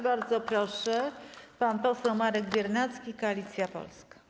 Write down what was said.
Bardzo proszę, pan poseł Marek Biernacki, Koalicja Polska.